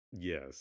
Yes